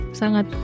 sangat